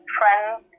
friends